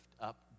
up